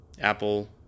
Apple